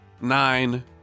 nine